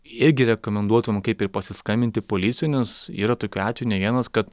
irgi rekomenduotum kaip ir pasiskambinti policijoj nes yra tokių atvejų ne vienas kad